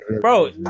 Bro